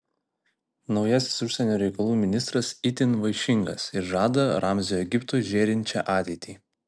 naujasis užsienio reikalų ministras itin vaišingas ir žada ramzio egiptui žėrinčią ateitį